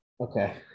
Okay